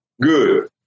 Good